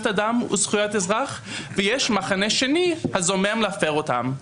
אדם וזכויות אזרח ויש מחנה שני הזומם להפר אותן,